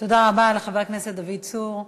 תודה רבה לחבר הכנסת דוד צור.